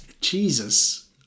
Jesus